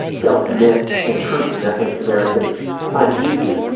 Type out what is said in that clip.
self myth and truth and that makes americans uneasy.